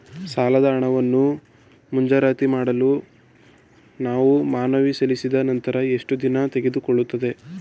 ಸಾಲದ ಹಣವನ್ನು ಮಂಜೂರಾತಿ ಮಾಡಲು ನಾವು ಮನವಿ ಸಲ್ಲಿಸಿದ ನಂತರ ಎಷ್ಟು ದಿನ ತೆಗೆದುಕೊಳ್ಳುತ್ತದೆ?